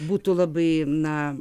būtų labai na